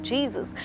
Jesus